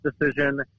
decision